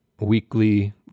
weekly